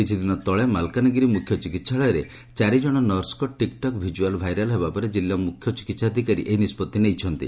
କିଛି ଦିନ ତଳେ ମାଲକାନଗିରି ମୁଖ୍ୟ ଚିକିହାଳୟରେ ଚାରି ଜଶ ନର୍ସଙ୍କ ଟିକ୍ ଟକ୍ ଭିଜୁଆଲ୍ ଭାଇରାଲ୍ ହେବା ପରେ ଜିଲ୍ଲା ମୁଖ୍ୟ ଚିକିହାଧୀକାରୀ ଏଭଳି ନିଷ୍ଟଉ୍ତି ନେଇଛନ୍ତି